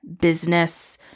business